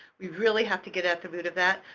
we really have to get at the root of that.